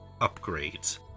upgrades